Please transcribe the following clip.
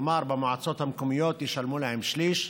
במועצות המקומיות ישלמו להם שליש.